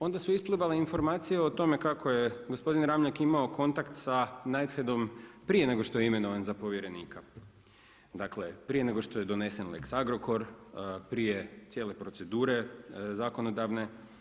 Onda su isplivale informacije o tome kako je gospodin Ramljak imao kontakt sa Knightheadom prije nego što je imenovan za povjerenika, dakle prije nego što je donesen lex Agrokor, prije cijele procedure zakonodavne.